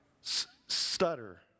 stutter